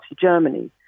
Germany